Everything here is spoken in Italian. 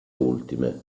ultime